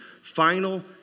final